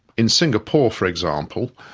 in singapore, for example,